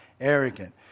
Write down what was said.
arrogant